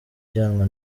ujyanwa